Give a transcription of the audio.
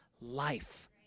life